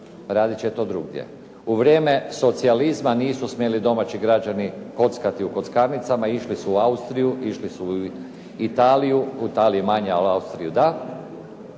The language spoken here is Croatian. radit će to drugdje. U vrijeme socijalizma nisu smjeli domaći građani kockati u kockarnicama. Išli su u Austriju, išli su u Italiju. U Italiju manje, ali u Austriju da